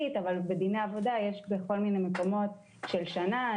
בדיני עבודה יש בכל מיני מקומות תקופות התיישנות של שנה,